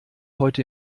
heute